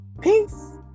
Peace